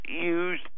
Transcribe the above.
use